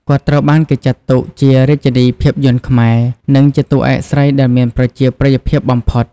គាត់ត្រូវបានគេចាត់ទុកជា "រាជនីភាពយន្តខ្មែរ" និងជាតួឯកស្រីដែលមានប្រជាប្រិយភាពបំផុត។